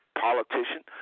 politician